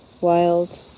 wild